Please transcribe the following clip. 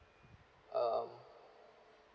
um